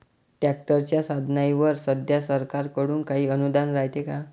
ट्रॅक्टरच्या साधनाईवर सध्या सरकार कडून काही अनुदान रायते का?